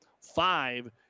five